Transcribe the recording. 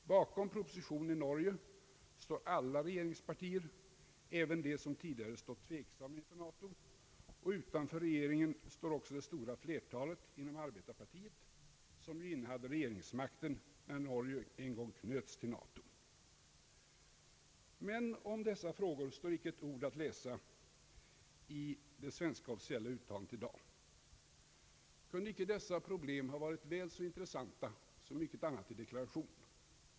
Bakom propositionen i Norge står alla regeringspartier, även de som tidigare stått tveksamma inför NATO, och utanför regeringen står också det stora flertalet inom arbetarpartiet, som innehade regeringsmakten när Norge en gång knöts till NATO. Om dessa frågor står icke ett ord att läsa i det svenska officiella uttalandet i dag. Kunde icke dessa problem ha varit väl så intressanta som mycket annat 1 deklarationen?